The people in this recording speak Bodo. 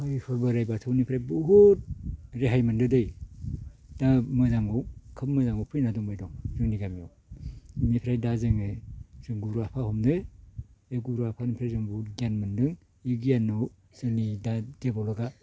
आफा इसोर बोराइ बाथौनिफ्राय बहुद रेहाय मोनदो दे दा मोजांआव खोब मोजांआव फैबाय दं जोंनि गामियाव इनिफ्राय दा जोङो जों गुरु आफा हमदो बे गुरु आफानिफ्राय जों बहुद गियान मोन्दों बे गियानाव जोंनि दा डेभेलपआ